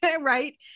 Right